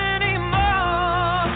anymore